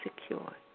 secure